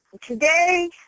Today